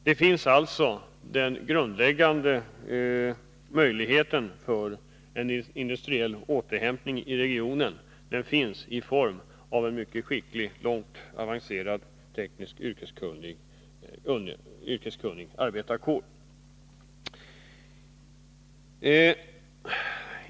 Den grundläggande möjligheten till en industriell återhämtning i regionen finns alltså i form av en mycket skicklig och avancerat tekniskt yrkeskunnig arbetarkår.